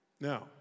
Now